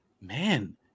man